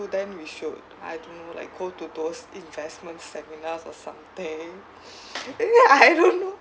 to then we should I don't know like go to those investment seminars or something ya I don't know